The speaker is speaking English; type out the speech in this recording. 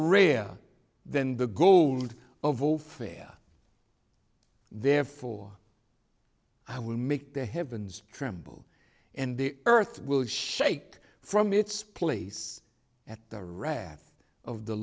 rare than the gold of all fear therefore i will make the heavens tremble and the earth will shake from its place at the rare of the